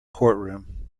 courtroom